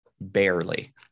barely